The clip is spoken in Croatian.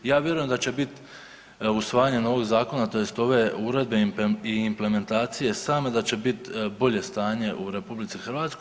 Ja vjerujem da će bit usvajanje novog zakona tj. ove uredbe i implementacije same, da će bit bolje stanje u RH.